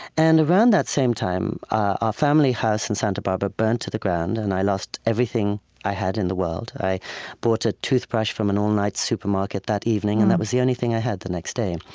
and around that same time, our family house in santa barbara burned to the ground, and i lost everything i had in the world. i bought a toothbrush from an all-night supermarket that evening, and that was the only thing i had the next day.